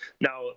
Now